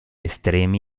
estremi